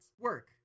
Work